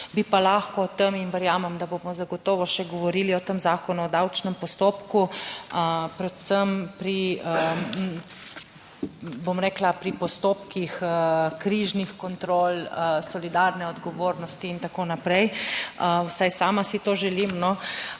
Bi pa lahko o tem, in verjamem, da bomo zagotovo še govorili o tem Zakonu o davčnem postopku, predvsem pri, bom rekla, postopkih križnih kontrol, solidarne odgovornosti in tako naprej, vsaj sama si to želim, no.